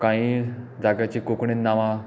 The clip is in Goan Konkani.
काय जाग्यांची कोंकणींत नांवां